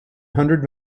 hundred